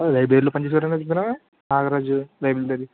లైబ్రరీలో పనిచేసే వారేనా ఆ రోజు లైబ్రరీ